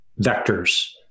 vectors